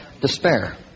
despair